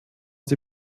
sie